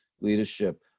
leadership